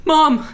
Mom